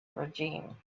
regime